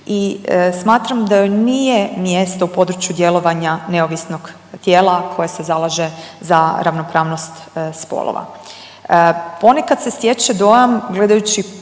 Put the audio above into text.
i smatram da joj nije mjesto u području neovisnog tijela koje se zalaže za ravnopravnost spolova. Ponekad se stječe dojam gledajući